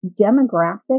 demographic